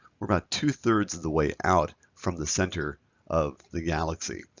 we're about two-thirds of the way out from the center of the galaxy,